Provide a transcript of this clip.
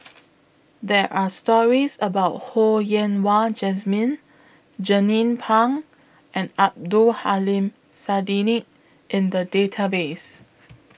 There Are stories about Ho Yen Wah Jesmine Jernnine Pang and Abdul Aleem Siddique in The Database